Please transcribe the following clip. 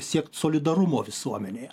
siekt solidarumo visuomenėje